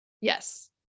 Yes